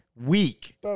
week